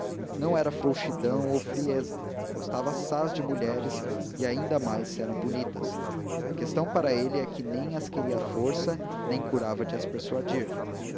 não era frouxidão ou frieza gostava assaz de mulheres e ainda mais se eram bonitas a questão para ele é que nem as queria à força nem curava de as persuadir